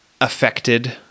affected